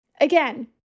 again